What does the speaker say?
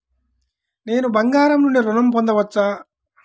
నేను బంగారం నుండి ఋణం పొందవచ్చా?